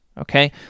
okay